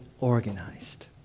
organized